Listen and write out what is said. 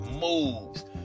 moves